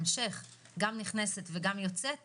נכנסת ויוצאת גם בהמשך